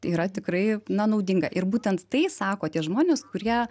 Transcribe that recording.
yra tikrai na naudinga ir būtent tai sako tie žmonės kurie